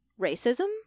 racism